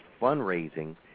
fundraising